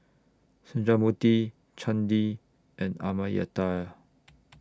Sundramoorthy Chandi and Amartya